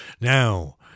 Now